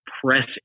press